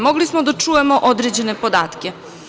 Mogli smo da čujemo određene podatke.